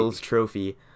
trophy